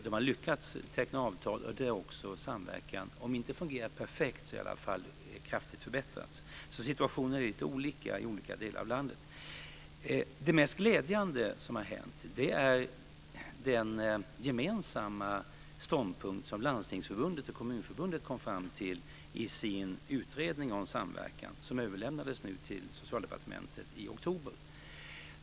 De har lyckats teckna avtal där samverkan kanske inte har fungerat perfekt men i alla fall har förbättrats. Situationen är lite olika i olika delar av landet. Det mest glädjande som har hänt är den gemensamma ståndpunkt som Landstingsförbundet och Kommunförbundet kom fram till i utredningen om samverkan som överlämnades till Socialdepartementet i oktober.